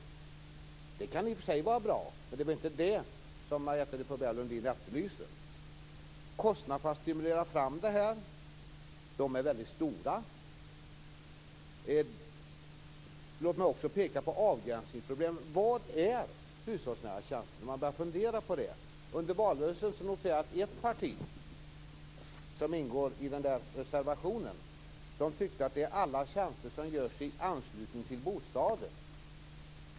Det kan i och för sig vara bra, men det kan inte vara det som Marietta de Pourbaix-Lundin efterlyser. Kostnaderna för att stimulera fram detta är stora. Låt mig också peka på avgränsningsproblemen. Vad är hushållsnära tjänster? Under valrörelsen noterade jag att ett parti, som ingår bland reservanterna, tyckte att det var alla tjänster som görs i anslutning till bostaden.